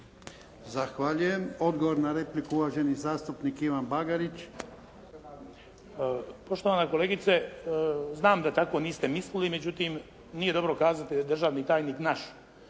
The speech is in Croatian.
Zahvaljujem. Odgovor na repliku uvaženi zastupnik Ivan Bagarić. **Bagarić, Ivan (HDZ)** Poštovana kolegice, znam da tako niste mislili, međutim nije dobro kazati da je državni tajnik naš.